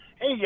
Hey